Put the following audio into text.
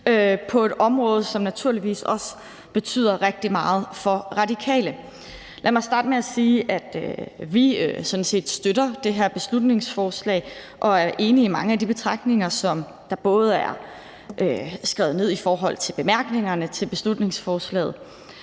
på et område, som naturligvis også betyder rigtig meget for Radikale. Lad mig starte med at sige, at vi sådan set støtter det her beslutningsforslag og er enige i mange af de betragtninger, som der er skrevet i bemærkningerne til beslutningsforslaget,